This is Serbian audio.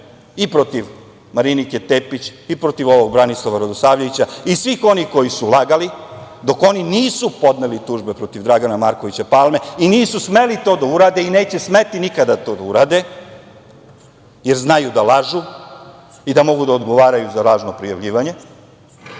i protiv Marinike Tepić i protiv Branislava Radoslavljevića i svih onih koji su lagali, dok oni nisu podneli tužbe protiv Dragana Markovića Palme i nisu smeli to da urade i neće smeti nikada to da urade, jer znaju da lažu i da mogu da odgovaraju za lažno prijavljivanje,